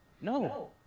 No